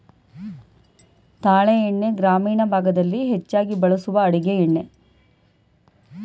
ತಾಳೆ ಎಣ್ಣೆ ಗ್ರಾಮೀಣ ಭಾಗದಲ್ಲಿ ಹೆಚ್ಚಾಗಿ ಬಳಸುವ ಅಡುಗೆ ಎಣ್ಣೆ